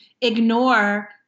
ignore